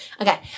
Okay